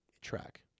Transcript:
track